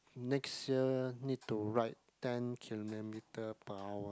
next year need to ride ten kilometer per hour